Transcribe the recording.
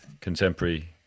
contemporary